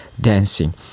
dancing